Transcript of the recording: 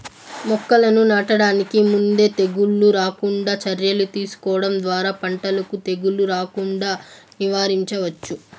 మొక్కలను నాటడానికి ముందే తెగుళ్ళు రాకుండా చర్యలు తీసుకోవడం ద్వారా పంటకు తెగులు రాకుండా నివారించవచ్చు